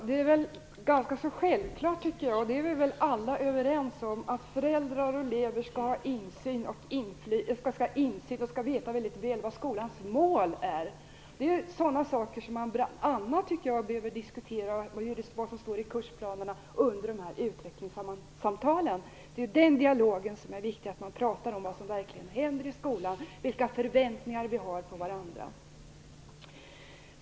Herr talman! Det är väl ganska självklart att föräldrar och elever skall ha insyn. Att de skall veta mycket väl vilka mål skolan har tror jag att alla är överens om. Det är sådana saker, t.ex. vad som står i kursplanerna, som man bl.a. behöver diskutera under utvecklingssamtalen. Den dialogen är viktig. Det är viktigt att prata om vad som verkligen händer i skolan och vilka förväntningar man har på varandra.